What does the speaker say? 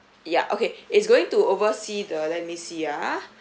yeah okay it's going to oversee the let me see ah